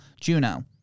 Juno